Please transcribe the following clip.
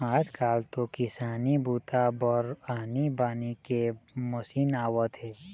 आजकाल तो किसानी बूता बर आनी बानी के मसीन आवत हे